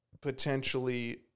potentially